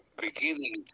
beginning